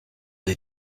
des